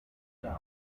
down